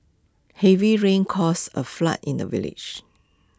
heavy rains caused A flood in the village